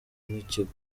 n’ikigo